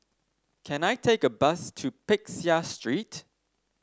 can I take a bus to Peck Seah Street